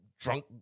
drunk